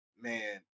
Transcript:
man